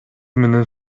менен